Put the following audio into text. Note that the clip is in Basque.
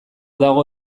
dago